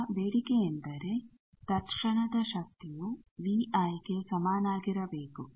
ಈಗ ಬೇಡಿಕೆಯೆಂದರೆ ತತ್ಕ್ಷಣದ ಶಕ್ತಿಯು ವಿಐಗೆ ಸಮನಾಗಿರಬೇಕು